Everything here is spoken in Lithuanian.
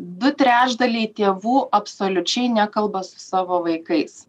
du trečdaliai tėvų absoliučiai nekalba su savo vaikais